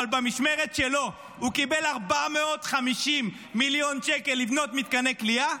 אבל במשמרת שלו הוא קיבל 450 מיליון שקל לבנות מתקני כליאה,